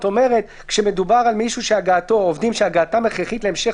כשמדובר על עובדים שהגעתם הכרחית להמשך